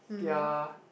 ya